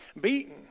beaten